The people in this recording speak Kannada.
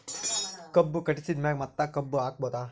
ಕಬ್ಬು ಕಟಾಸಿದ್ ಮ್ಯಾಗ ಮತ್ತ ಕಬ್ಬು ಹಾಕಬಹುದಾ?